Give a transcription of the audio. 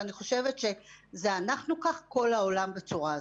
ואני חושבת שזה אנחנו כך, כל העולם בצורה הזאת.